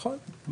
נכון.